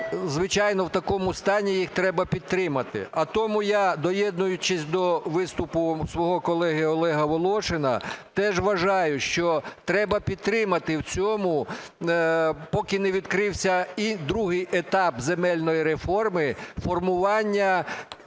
звичайно, в такому стані їх треба підтримати. А тому я, доєднуючись до виступу свого колеги Олега Волошина, теж вважаю, що треба підтримати в цьому, поки не відкрився другий етап земельної реформи, формування міцних